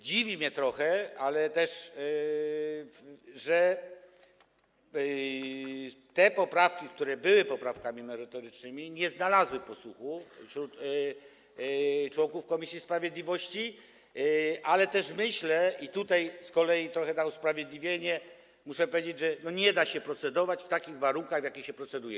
Dziwi mnie trochę, że te poprawki, które były poprawkami merytorycznymi, nie znalazły posłuchu wśród członków komisji sprawiedliwości, ale myślę - i tutaj z kolei trochę na usprawiedliwienie muszę to powiedzieć - że nie da się procedować w takich warunkach, w jakich się proceduje.